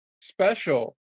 special